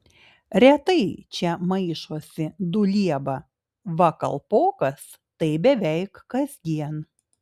retai čia maišosi dulieba va kalpokas tai beveik kasdien